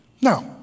Now